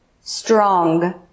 strong